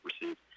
received